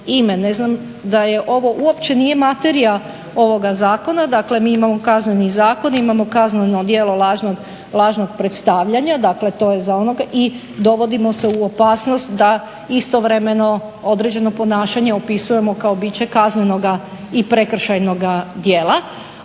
Ne znam da je, ovo uopće nije materija ovoga zakona, dakle mi imamo Kazneni zakon, imamo kazneno djelo lažnog predstavljanja, dakle to je za onog i dovodimo se u opasnost da istovremeno određeno ponašanje opisujemo kao biće kaznenoga i prekršajnoga djela.